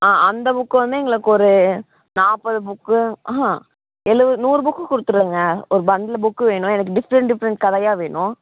ஆ அந்த புக் வந்து எங்களுக்கு ஒரு நாற்பது புக்கு ம்ஹூம் எழுபது நூறு புக்கு கொடுத்துருங்க ஒரு பண்டில் புக்கு வேணும் எனக்கு டிஃப்ரண்ட் டிஃப்ரண்ட் கதையாக வேணும்